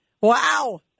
Wow